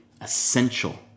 essential